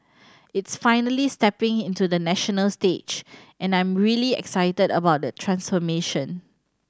it's finally stepping into the national stage and I'm really excited about the transformation